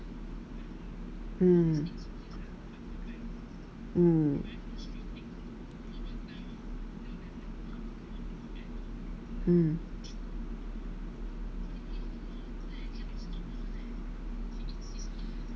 mm mm mm